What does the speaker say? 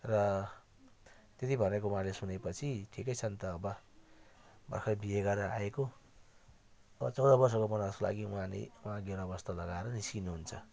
र त्यति भनेको उहाँले सुनेपछि ठिकै छ नि त अब भर्खरै बिहे गरेर आएको अब चौध वर्षको वनवासको लागि उहाँले उहाँ गेरुवा वस्त्र लगाएर निस्किनु हुन्छ